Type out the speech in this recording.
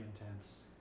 intense